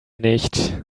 nicht